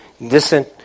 listen